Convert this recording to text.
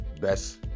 best